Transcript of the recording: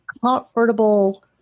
comfortable